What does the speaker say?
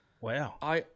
Wow